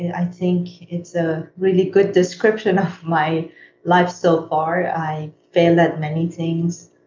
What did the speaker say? i think it's a really good description of my life so far. i failed at many things.